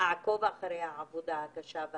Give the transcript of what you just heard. אעקוב אחר העבודה הקשה,